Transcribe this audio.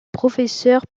professeur